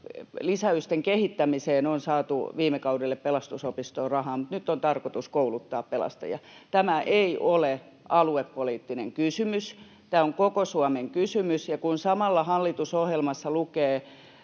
Lisäysten kehittämiseen on saatu viime kaudelle Pelastusopistoon rahaa, mutta nyt on tarkoitus kouluttaa pelastajia. Tämä ei ole aluepoliittinen kysymys, tämä on koko Suomen kysymys. Ja kun samalla hallitusohjelmassa lukee,